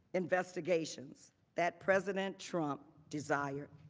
investigations that president trump desired.